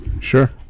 sure